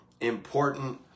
important